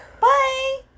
Bye